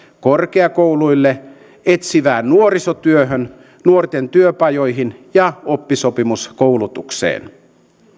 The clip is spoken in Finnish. korkeakouluille etsivään nuorisotyöhön nuorten työpajoihin ja oppisopimuskoulutukseen